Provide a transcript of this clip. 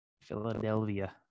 Philadelphia